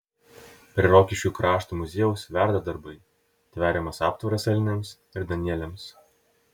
prie rokiškio krašto muziejaus verda darbai tveriamas aptvaras elniams ir danieliams